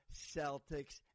Celtics